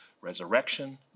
resurrection